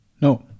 No